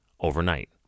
overnight